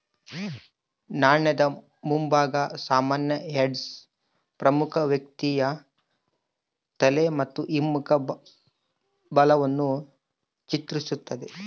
ನಾಣ್ಯದ ಮುಂಭಾಗ ಸಾಮಾನ್ಯ ಹೆಡ್ಸ್ ಪ್ರಮುಖ ವ್ಯಕ್ತಿಯ ತಲೆ ಮತ್ತು ಹಿಮ್ಮುಖ ಬಾಲವನ್ನು ಚಿತ್ರಿಸ್ತತೆ